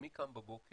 מי קם בבוקר